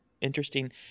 interesting